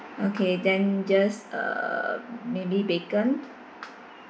okay then just err may be bacon